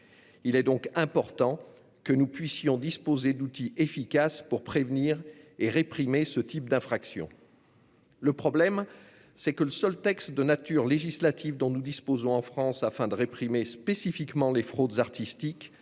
Il est donc important que nous disposions d'outils efficaces pour prévenir et réprimer ce type d'infractions. Le problème, c'est que le seul texte de nature législative dont nous disposons en France pour réprimer spécifiquement les fraudes artistiques